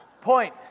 Point